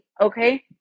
Okay